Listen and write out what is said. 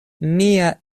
mia